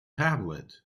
tablet